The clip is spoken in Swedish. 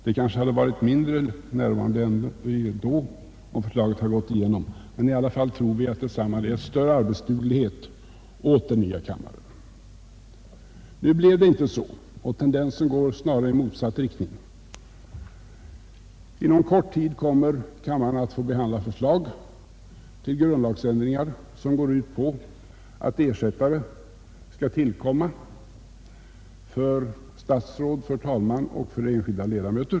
Det kanske hade varit ännu färre närvarande nu, om förslaget gått igenom, men vi tror i alla fall att det skulle ha givit större arbetsduglighet åt den nya kammaren. Nu blev det inte så — tendensen går snarare i motsatt riktning. Inom kort kommer kammaren att få behandla förslag till grundlagsändringar som går ut på att ersättare skall tillkomma för statsråd, för talmän och för enskilda ledamöter.